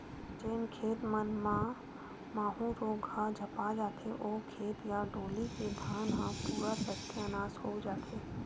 जेन खेत मन म माहूँ रोग ह झपा जथे, ओ खेत या डोली के धान ह पूरा सत्यानास हो जथे